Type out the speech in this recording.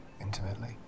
intimately